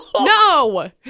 No